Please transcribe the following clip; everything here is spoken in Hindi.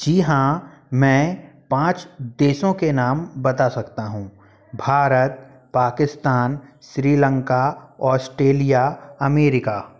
जी हाँ मैं पाँच देशों के नाम बता सकता हूँ भारत पाकिस्तान श्रीलंका औसटेलिया अमेरिका